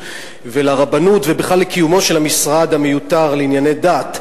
ולרבנות ובכלל לקיומו של המשרד המיותר לענייני דת.